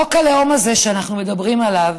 חוק הלאום הזה שאנחנו מדברים עליו